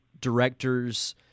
directors